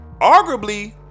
Arguably